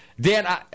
Dan